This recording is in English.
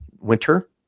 winter